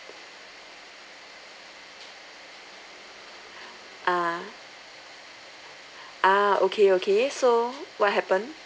uh uh okay okay so what happen